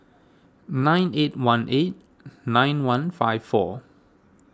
nine eight one eight nine one five four